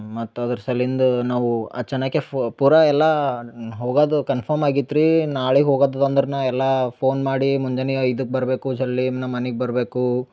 ಮತ್ತೆ ಅದ್ರ ಸಲ್ಲಿಂದ ನಾವು ಅಚನಾಕೆ ಪುರ ಎಲ್ಲಾ ಹೋಗದ ಕನ್ಫಮ್ ಆಗಿತ್ತು ರೀ ನಾಳೆಗ ಹೋಗದದು ಅಂದರ್ನ ಎಲ್ಲಾ ಫೋನ್ ಮಾಡಿ ಮುಂಜಾನೆ ಐದಕ್ಕೆ ಬರಬೇಕು ಜಲ್ದಿ ನಮ್ಮ ಮನಿಗ ಬರಬೇಕು